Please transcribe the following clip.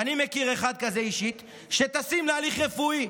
ואני מכיר אחד כזה אישית, שטסים להליך רפואי.